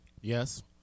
Yes